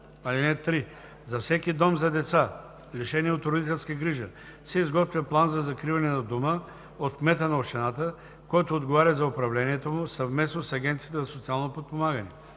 (3) За всеки дом за деца, лишени от родителска грижа, се изготвя план за закриване на дома от кмета на общината, който отговаря за управлението му, съвместно с Агенцията за социално подпомагане.